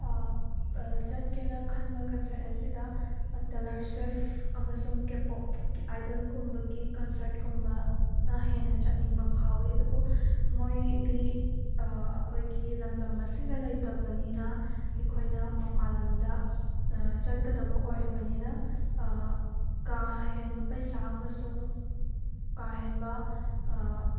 ꯆꯠꯀꯦꯅ ꯈꯟꯕ ꯀꯟꯁ꯭ꯔꯠ ꯑꯁꯤꯗ ꯇꯦꯂ꯭ꯔ ꯁ꯭ꯋꯤꯞ ꯑꯃꯁꯨꯡ ꯀꯦꯄꯣꯛꯀꯤ ꯑꯥꯏꯗꯜꯒꯨꯝꯕꯒꯤ ꯀꯟꯁ꯭ꯔꯠꯀꯨꯝꯕꯅ ꯍꯦꯟꯅ ꯆꯠꯅꯤꯡꯕ ꯐꯥꯎꯏ ꯑꯗꯨꯕꯨ ꯃꯣꯏꯗꯤ ꯑꯩꯈꯣꯏꯒꯤ ꯂꯝꯗꯝ ꯑꯁꯤꯗ ꯂꯩꯇꯕꯅꯤꯅ ꯑꯩꯈꯣꯏꯅ ꯃꯄꯥꯜ ꯂꯝꯗ ꯆꯠꯀꯗꯕ ꯑꯣꯏꯕꯅꯤꯅ ꯀꯥꯍꯦꯟꯕ ꯄꯩꯁꯥ ꯑꯃꯁꯨꯡ ꯀꯩꯍꯦꯟꯕ